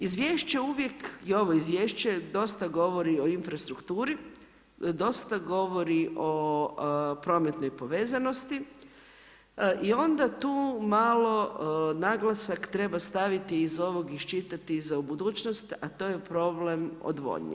Izvješće uvijek, i ovo izvješće dosta govori o infrastrukturi, dosta govori o prometnoj povezanosti i onda tu malo naglasak treba staviti i iz ovog iščitati za budućnost a to je problem odvodnje.